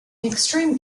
extreme